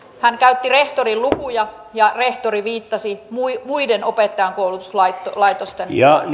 hän käytti rehtorin lukuja ja rehtori viittasi muiden muiden opettajankoulutuslaitosten